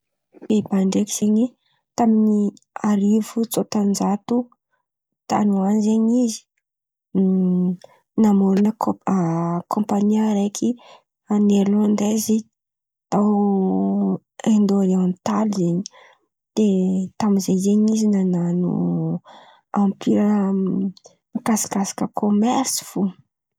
Liban ndreky zen̈y tamy arivo tsôtan-jato tany ho any zen̈y izy namoro kômpa kômpania raiky any ainilonday zeny tao Aindia ôriontaly zen̈y. De tamin'izay zen̈y izy nan̈ano empira nikasikasiky kômersy fô.